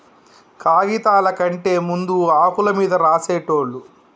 కాగిదాల కంటే ముందు ఆకుల మీద రాసేటోళ్ళు